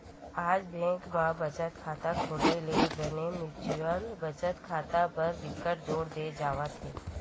आज बेंक म बचत खाता खोले ले बने म्युचुअल बचत खाता बर बिकट जोर दे जावत हे